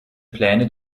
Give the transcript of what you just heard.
pläne